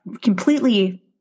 completely